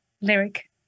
lyric